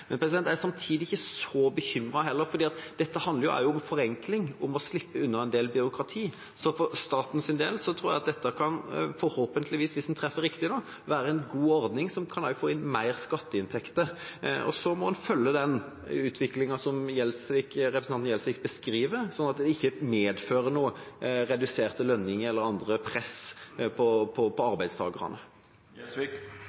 Jeg er samtidig ikke så bekymret heller. Dette handler også om forenkling, om å slippe unna en del byråkrati. Så for statens del tror jeg dette – forhåpentligvis, hvis en treffer riktig – kan være en god ordning som også kan få inn mer skatteinntekter. Så må en følge den utviklingen som representanten Gjelsvik beskriver, slik at det ikke medfører reduserte lønninger eller annet press på